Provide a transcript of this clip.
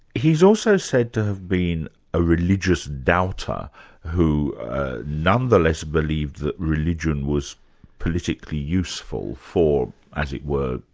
he's also said to have been a religious doubter who nonetheless believed that religion was politically useful for, as it were,